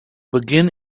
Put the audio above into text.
begin